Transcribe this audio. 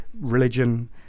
Religion